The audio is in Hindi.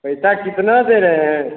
पैसा कितना दे रहे हैं